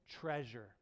treasure